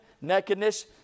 nakedness